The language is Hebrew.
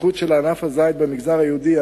ההתפתחות של ענף הזית במגזר היהודי היא